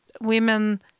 women